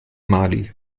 mali